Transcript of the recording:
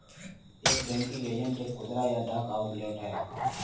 एक banking agent एक खुदरा या डाक आउटलेट है